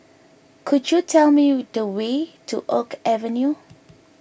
could you tell me the way to Oak Avenue